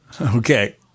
Okay